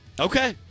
Okay